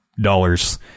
dollars